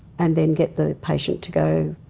and then get the patient to go